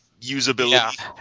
usability